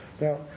Now